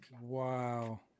Wow